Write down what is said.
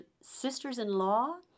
sisters-in-law